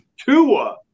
Tua